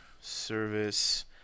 service